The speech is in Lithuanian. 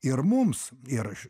ir mums ir